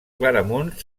claramunt